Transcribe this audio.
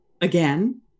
again